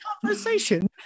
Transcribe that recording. conversation